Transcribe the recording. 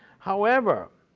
however,